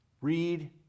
Read